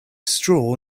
straw